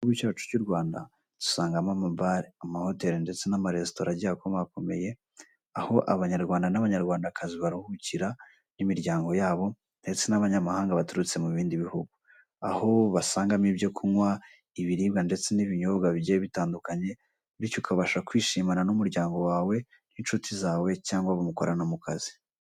Igihugu cyacu cy'u Rwanda dusangamo amabare, amahoteri ndetse n'amaresitora agiye akomakomeye, aho Abanyarwanda n'Abanyarwandakazi baruhukira n'imiryango yabo ndetse n'abanyamahanga baturutse mu bindi bihugu, aho basangamo ibyo kunywa, ibiribwa, ndetse n'ibinyobwa bigiye bitandukanye, bityo ukabasha kwishimana n'umuryango wawe, n'inshuti zawe cyangwa abo mukorana mu kazi.